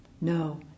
No